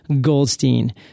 Goldstein